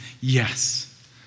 yes